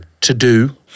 to-do